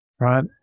right